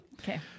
Okay